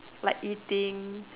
like eating